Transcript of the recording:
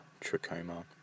trachoma